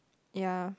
ya